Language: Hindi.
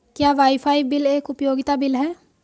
क्या वाईफाई बिल एक उपयोगिता बिल है?